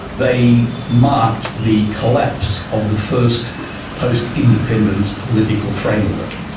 they marked the collapse of the first post-independence political framework.